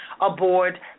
aboard